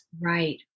Right